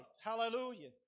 Hallelujah